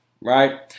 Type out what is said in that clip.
right